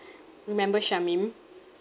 remember charmaine